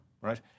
right